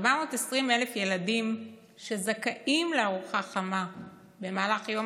ש-420,000 ילדים שזכאים לארוחה חמה במהלך יום